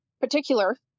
particular